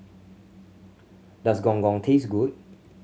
does Gong Gong taste good